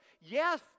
Yes